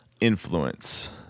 influence